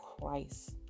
Christ